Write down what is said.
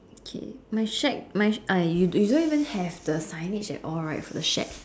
K my shack my I you you don't even have the signage at all right for the shack